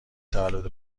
تولد